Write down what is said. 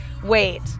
Wait